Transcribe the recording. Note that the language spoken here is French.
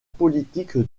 politique